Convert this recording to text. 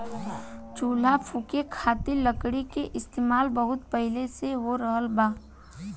चूल्हा फुके खातिर लकड़ी के इस्तेमाल बहुत पहिले से हो रहल बा